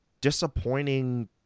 disappointing